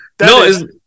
No